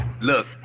Look